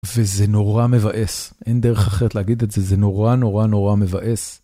וזה נורא מבאס, אין דרך אחרת להגיד את זה, זה נורא נורא נורא מבאס.